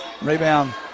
Rebound